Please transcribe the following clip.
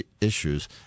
issues